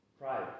Pride